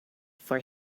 for